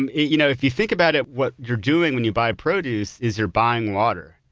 and you know if you think about it, what you're doing when you buy produce is you're buying water.